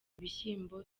ibishyimbo